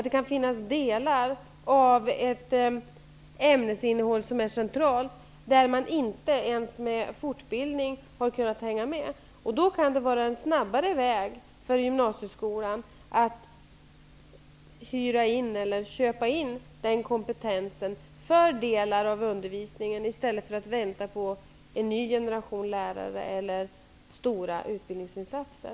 Det kan finnas delar av ett centralt ämne där utvecklingen går så fort att man inte ens med fortbildning har kunnat hänga med. Då kan det vara en bättre väg för gymnasieskolan att hyra eller köpa den kompetensen, i stället för att vänta på en ny generation lärare eller genomföra stora utbildningsinsatser.